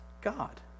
God